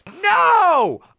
No